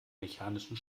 mechanischen